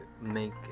make